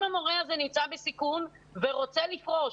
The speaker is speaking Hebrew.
אם המורה הזה נמצא בסיכון ורוצה לפרוש,